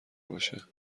باشه